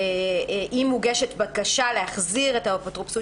אם מוגשת בקשה להחזיר את האפוטרופסות